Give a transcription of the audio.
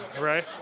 Right